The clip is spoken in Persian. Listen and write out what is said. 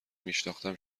میشناختم